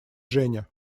женя